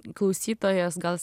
klausytojas gal